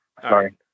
Sorry